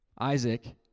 Isaac